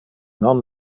non